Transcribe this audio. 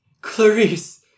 Clarice